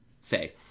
say